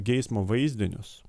geismo vaizdinius